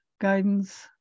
guidance